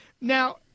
Now